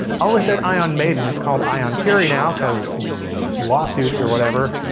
almost said ion maiden, it's called ion fury now, cause lawsuits or whatever.